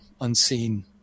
unseen